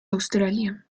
australia